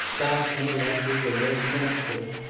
by some electors of westminster,